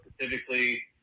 specifically